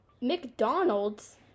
McDonald's